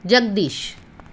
Jagdish